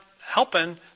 helping